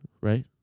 right